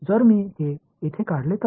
जर मी हे येथे काढले तर